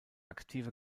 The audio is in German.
aktive